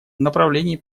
направлении